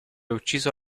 ucciso